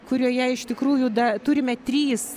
kurioje iš tikrųjų da turime trys